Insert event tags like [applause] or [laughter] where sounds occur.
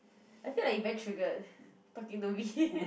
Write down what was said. I feel like you very triggered talking to me [laughs]